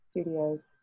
Studios